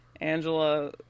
Angela